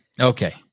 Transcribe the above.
Okay